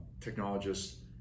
technologists